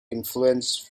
influenced